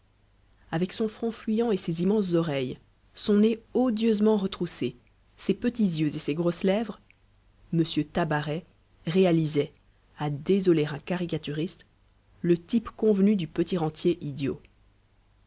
avec son front fuyant et ses immenses oreilles son nez odieusement retroussé ses petits yeux et ses grosses lèvres m tabaret réalisait à désoler un caricaturiste le type convenu du petit rentier idiot